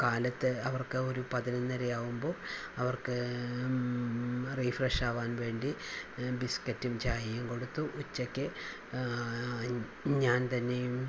കാലത്ത് അവർക്ക് ഒരു പതിനൊന്നരയാകുമ്പോൾ അവർക്ക് റിഫ്രഷ് ആകാൻ വേണ്ടി ബിസ്ക്കറ്റും ചായയും കൊടുത്തു ഉച്ചക്ക് ഞാൻ തന്നേയും